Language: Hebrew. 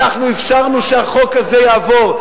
אנחנו אפשרנו שהחוק הזה יעבור.